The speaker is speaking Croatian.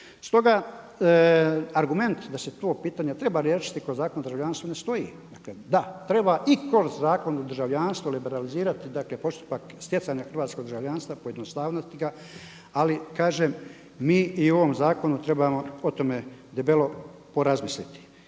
Stoga argument da se to pitanje treba riješiti kroz Zakon o državljanstvu ne stoji. Dakle, da treba i kroz Zakon o državljanstvu liberalizirati postupak stjecanja hrvatskog državljanstva, pojednostaviti ga, ali kažem mi i u ovom zakonu trebamo o tome debelo porazmisliti.